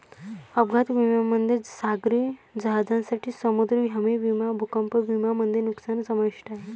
अपघात विम्यामध्ये सागरी जहाजांसाठी समुद्री हमी विमा भूकंप विमा मध्ये नुकसान समाविष्ट आहे